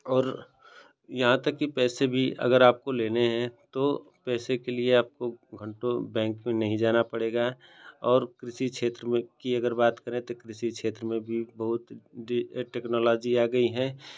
और यहाँ तक कि पैसे भी अगर आपको लेने हैं तो पैसे के लिए आपको घन्टों बैंक में नहीं जाना पड़ेगा और कृषि क्षेत्र में की अगर बात करें तो कृषि क्षेत्र में भी बहुत टेक्नोलॉज़ी आ गई है